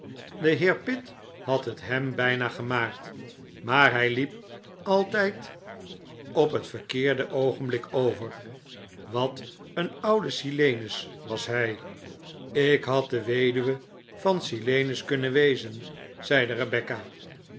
de heer pitt had het hem bijna gemaakt maar hij liep altijd op het verkeerde oogenblik over wat een oude silenus was hij ik had de weduwe van silenus kunnen wezen zeide rebecca